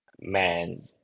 man